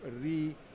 re